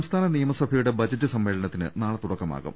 സംസ്ഥാന നിയമസഭയുടെ ബജറ്റ് സമ്മേളനത്തിന് നാളെ തുടക്ക മാകും